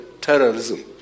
terrorism